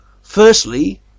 Firstly